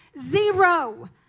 Zero